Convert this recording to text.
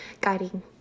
guiding